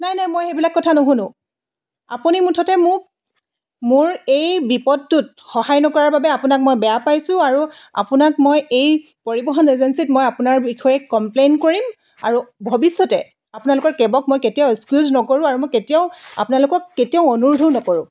নাই নাই মই সেইবিলাক কথা নুশুনো আপুনি মুঠতে মোক মোৰ এই বিপদটোত সহায় নকৰাৰ বাবে আপোনাক মই বেয়া পাইছোঁ আৰু আপোনাক মই এই পৰিবহণ এজেঞ্চিক মই আপোনাৰ বিষয়ে কমপ্লেইন কৰিম আৰু ভৱিষ্যতে আপোনালোকৰ কেবক মই কেতিয়াও এক্সকিউজ নকৰোঁ আৰু মই কেতিয়াও আপোনালোকক কেতিয়াও অনুৰোধো নকৰোঁ